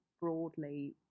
broadly